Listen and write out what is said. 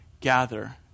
gather